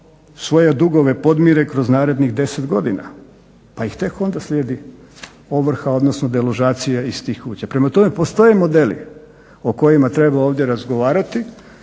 svoje dugove podmire kroz narednih 10 godina pa ih tek onda slijedi ovrha odnosno deložacija iz tih kuća. Prema tome, postoje modeli o kojima treba ovdje razgovarati.